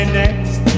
next